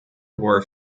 were